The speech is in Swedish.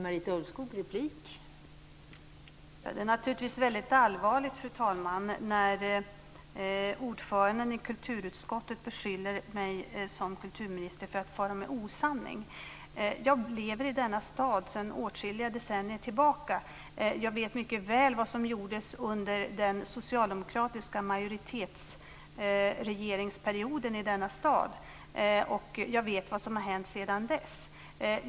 Fru talman! Det är naturligtvis allvarligt när ordföranden i kulturutskottet beskyller mig, som kulturminister, för att fara med osanning. Jag lever i denna stad sedan åtskilliga decennier tillbaka. Jag vet mycket väl vad som gjordes under den socialdemokratiska majoritetsregeringsperioden i denna stad, och jag vet vad som har hänt sedan dess.